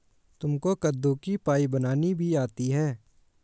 तुमको कद्दू की पाई बनानी भी आती है?